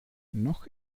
noch